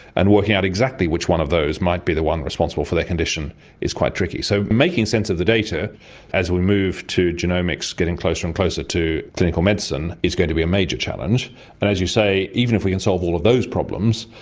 and working out exactly which one of those might be the one responsible for their condition is quite tricky. so making sense of the data as we move to genomics getting closer and closer to clinical medicine is going to be a major challenge. but as you say, even if we can solve all of those problems,